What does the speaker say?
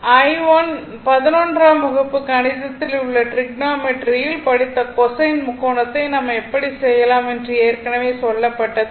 11 ஆம் வகுப்பு கணிதத்தில் உள்ள டிரிக்னோமேட்ரியில் படித்த கொசைன் முக்கோணத்தை நாம் எப்படி செய்யலாம் என்று ஏற்கனவே சொல்லப்பட்டது